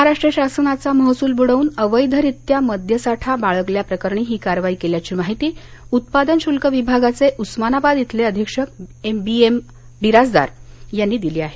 महाराष्ट्र शासनाचा महसूल बुडवून अवैधरित्या मद्यसाठा बाळगल्याप्रकरणी ही कारवाई केल्याची माहिती उत्पादन शुल्क विभागाचे उस्मानाबाद इथले अधीक्षक बी एम बिराजदार यांनी दिली आहे